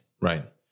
Right